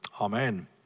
Amen